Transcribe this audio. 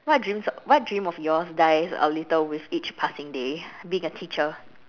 what dreams of what dream of yours dies a little with each passing day being a teacher